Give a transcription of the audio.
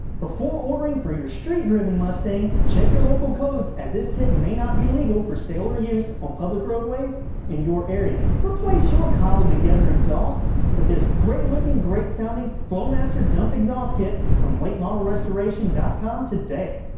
before ordering for your street-driven mustang, check your local codes, as this kit may not be legal for sale or use on public roadways in your area. replace your cobbled-together exhaust with this great-looking, great-sounding flowmaster dumped exhaust kit from latemodelrestoration dot com today.